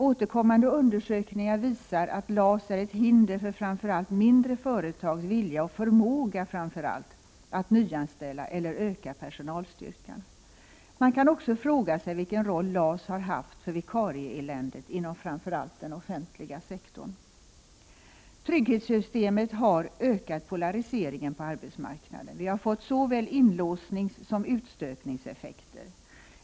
Återkommande undersökningar visar at ALSär ett hinder för framför allt mindre företags vilja och förmåga att nyanställa Anställningsskydd eller öka personalstyrkan. Man kan också fråga sig vilken roll LAS har haft för vikarieeländet inom framför allt den offentliga sektorn. Trygghetssystemet har ökat polariseringen på arbetsmarknaden. Vi har fått såväl inlåsningssom utstötningseffekter.